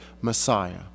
Messiah